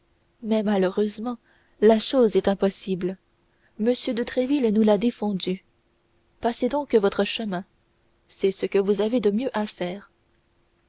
mais malheureusement la chose est impossible m de tréville nous l'a défendu passez donc votre chemin c'est ce que vous avez de mieux à faire